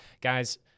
guys